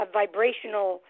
vibrational